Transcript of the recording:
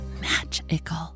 magical